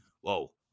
whoa